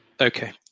Okay